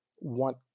want